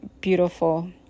beautiful